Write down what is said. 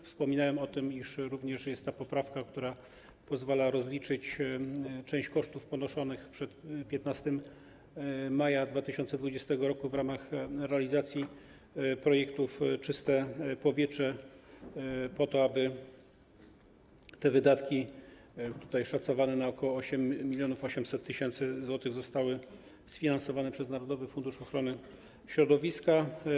Wspominałem o tym, iż jest poprawka, która powala rozliczyć część kosztów ponoszonych przed 15 maja 2020 r. w ramach realizacji projektów „Czyste powietrze” po to, aby te wydatki - szacowane na ok. 8800 tys. zł - zostały sfinansowane przez narodowy fundusz ochrony środowiska.